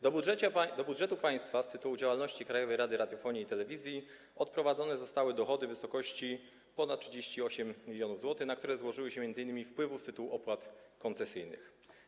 Do budżetu państwa z tytułu działalności Krajowej Rady Radiofonii i Telewizji odprowadzone zostały dochody w wysokości ponad 38 mln zł, na które złożyły się m.in. wpływy z tytułu opłat koncesyjnych.